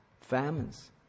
famines